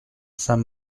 saint